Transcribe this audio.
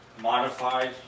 modified